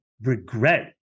regret